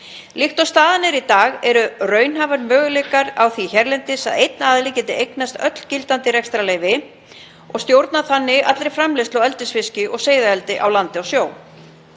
Líkt og staðan er í dag eru raunhæfir möguleikar á því hérlendis að einn aðili geti eignast öll gildandi rekstrarleyfi og stjórnað þannig allri framleiðslu á eldisfiski og seiðaeldi á landi og sjó.